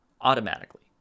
automatically